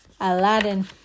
Aladdin